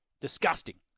Disgusting